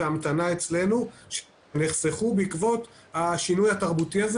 המתנה אצלנו שנחסכו בעקבות השינוי התרבותי הזה